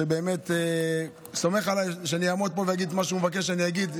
שבאמת סומך עליי שאני אעמוד פה ואגיד את מה שהוא מבקש שאני אגיד.